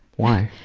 why?